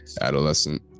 adolescent